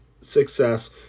success